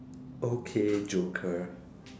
okay joker